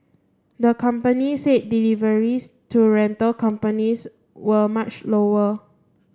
the company said deliveries to rental companies were much lower